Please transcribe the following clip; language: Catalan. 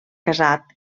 casat